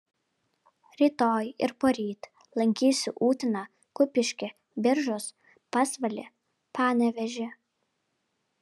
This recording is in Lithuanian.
rytoj ir poryt lankysiu uteną kupiškį biržus pasvalį panevėžį